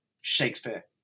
Shakespeare